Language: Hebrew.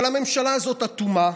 אבל הממשלה הזאת אטומה.